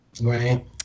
Right